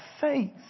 faith